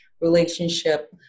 relationship